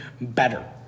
better